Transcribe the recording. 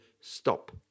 stop